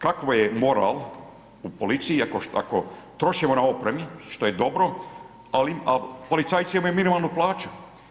Kakav je moral u policiji ako trošimo na opremi, što je dobro, a policajci imaju minimalnu plaću.